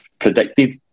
predicted